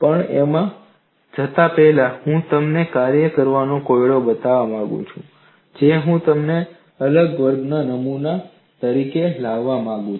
પણ એમાં જતાં પહેલાં હું તમને કાર્ય કરવા કોયડો બતાવવા માંગુ છું જે હું તેને આગલા વર્ગમાં નમૂના તરીકે લાવવા માંગુ છું